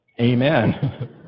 Amen